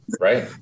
Right